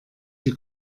die